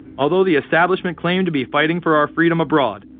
although the establishment claimed to be fighting for our freedom abroad,